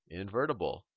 invertible